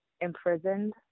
imprisoned